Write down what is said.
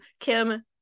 Kim